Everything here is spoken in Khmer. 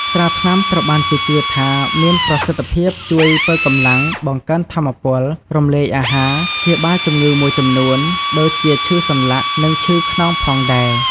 ស្រាថ្នាំត្រូវបានគេជឿថាមានប្រសិទ្ធភាពជួយ ប៉ូវកម្លាំង បង្កើនថាមពល រំលាយអាហារ ព្យាបាលជំងឺមួយចំនួន ដូចជាឈឺសន្លាក់ និងឈឺខ្នងផងដែរ។